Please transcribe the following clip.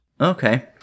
Okay